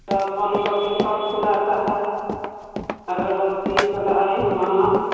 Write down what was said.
तब खिलाता है अगरबत्ती सलाई